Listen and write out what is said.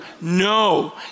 No